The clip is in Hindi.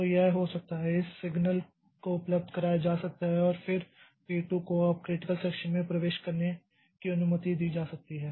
तो यह हो सकता है इस सिग्नल को उपलब्ध कराया जा सकता है और फिर इस P 2 को अब क्रिटिकल सेक्षन में प्रवेश करने की अनुमति दी जा सकती है